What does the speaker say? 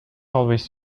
always